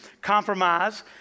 compromise